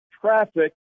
traffic